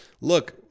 look—